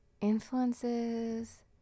influences